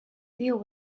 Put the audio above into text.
deal